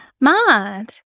mind